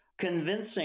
convincing